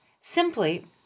simply